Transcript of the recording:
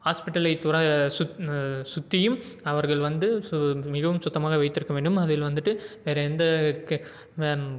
ஹாஸ்பிட்டலை துர சுத் சுற்றியும் அவர்கள் வந்து சு மிகவும் சுத்தமாக வைத்திருக்க வேண்டும் அதில் வந்துட்டு வேற எந்த கே வேன்